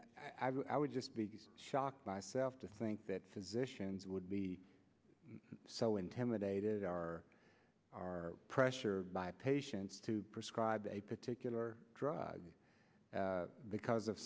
i would just be shocked by self to think that physicians would be so intimidated or are pressure by patients to prescribe a particular drug because of